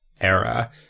era